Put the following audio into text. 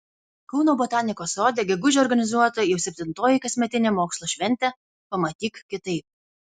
kauno botanikos sode gegužę organizuota jau septintoji kasmetinė mokslo šventė pamatyk kitaip